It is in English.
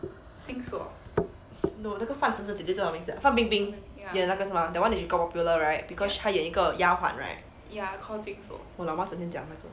no 那个范姐姐叫什么名字 ah 范冰冰演那是 mah that [one] that she got popular right because 他演一个丫鬟 right 我老妈整天讲